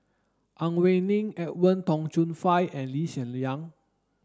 Ang Wei Neng Edwin Tong Chun Fai and Lee Hsien Yang